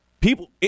people –